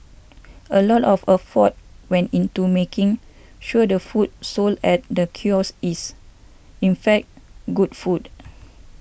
a lot of afford went into making sure the food sold at the kiosk is in fact good food